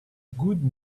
good